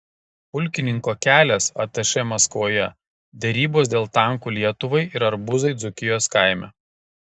pulkininko kelias atašė maskvoje derybos dėl tankų lietuvai ir arbūzai dzūkijos kaime